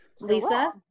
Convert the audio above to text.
Lisa